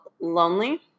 lonely